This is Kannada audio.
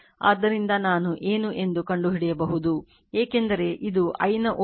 ಆದ್ದರಿಂದ ನಾನು ಏನು ಎಂದು ಕಂಡುಹಿಡಿಯಬಹುದು ಏಕೆಂದರೆ ಇದು i ನ ವೋಲ್ಟೇಜ್ ಮೂಲ j ಮತ್ತು i ನ j ಆಗಿದೆ